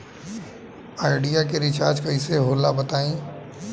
Idea के recharge कइसे होला बताई?